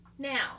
Now